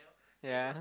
yeah